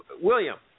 William